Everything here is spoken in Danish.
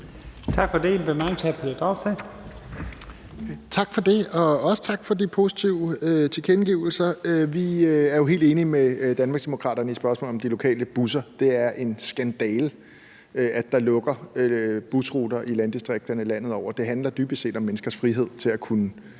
Tak for det. Og også tak for de positive tilkendegivelser. Vi er jo helt enige med Danmarksdemokraterne i spørgsmålet om de lokale busser. Det er en skandale, at der lukker busruter i landdistrikterne landet over. Det handler dybest set om menneskers frihed til at kunne